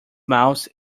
mouse